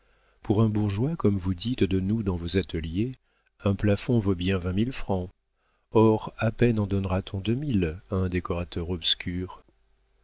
pour un bourgeois comme vous dites de nous dans vos ateliers un plafond vaut bien vingt mille francs or à peine en donnera t on deux mille à un décorateur obscur